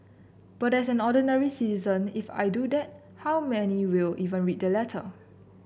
but as an ordinary citizen if I do that how many will even read the letter